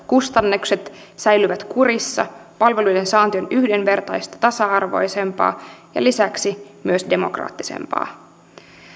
kustannukset säilyvät kurissa palveluiden saanti on yhdenvertaista tasa arvoisempaa ja lisäksi myös demokraattisempaa